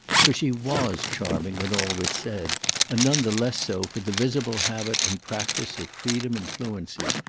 for she was charming, when all was said and none the less so for the visible habit and practice of freedom and fluency.